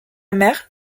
mère